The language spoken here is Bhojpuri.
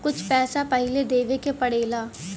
कुछ पैसा पहिले देवे के पड़ेला